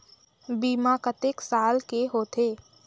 बीमा कतेक साल के होथे?